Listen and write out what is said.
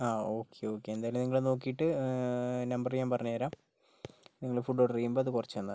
ആ okay okay എന്തായാലും നിങ്ങള് നോക്കിയിട്ട് നമ്പറ് ഞാൻ പറഞ്ഞു തരാം നിങ്ങള് ഫുഡ് ഓർഡർ ചെയ്യുമ്പോൾ അത് കുറച്ച് തന്നാൽ മതി